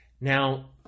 Now